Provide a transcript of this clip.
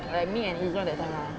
like me and izuan that time ah